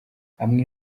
amwe